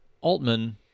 Altman